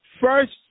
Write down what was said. first